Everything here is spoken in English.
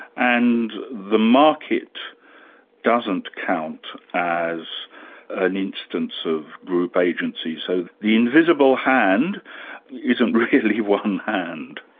and the market doesn't count as an instance of group agency, so the invisible hand isn't really one hand?